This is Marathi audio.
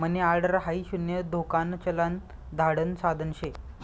मनी ऑर्डर हाई शून्य धोकान चलन धाडण साधन शे